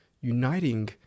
uniting